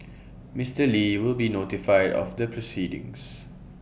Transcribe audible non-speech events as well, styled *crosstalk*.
*noise* Mister li will be notified of the proceedings